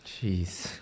Jeez